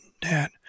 Dad